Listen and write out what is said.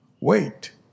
Wait